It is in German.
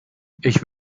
ich